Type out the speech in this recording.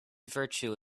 virtue